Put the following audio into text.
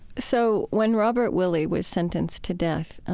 so when robert willie was sentenced to death,